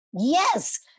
Yes